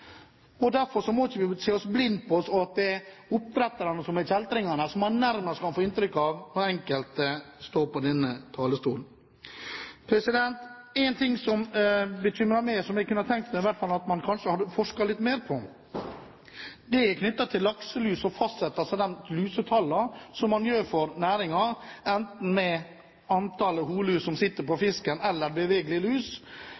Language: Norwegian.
må vi ikke si at det er oppdretterne som er kjeltringene, som en nærmest kan få inntrykk av at enkelte som står på denne talerstolen, mener. Én ting som bekymrer meg, og som jeg kunne tenke meg at en i hvert fall forsket litt mer på, er lakselus og fastsettelsen av lusetallene for næringen, enten antallet hunnlus som sitter på fisken, eller bevegelige lus.